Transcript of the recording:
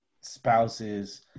spouses